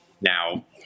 Now